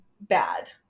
bad